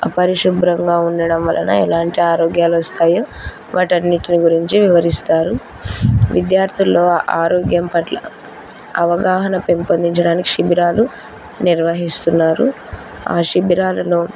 అపరిశుభ్రంగా ఉండడం వలన ఎలాంటి ఆరోగ్యాలు వస్తాయో వాటన్నింటి గురించి వివరిస్తారు విద్యార్థుల్లో ఆరోగ్యం పట్ల అవగాహన పెంపొందించడానికి శిబిరాలు నిర్వహిస్తున్నారు ఆ శిబిరాలను